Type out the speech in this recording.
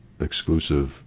exclusive